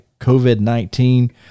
COVID-19